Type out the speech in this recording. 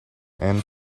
and